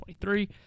23